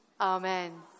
Amen